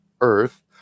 Earth